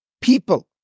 people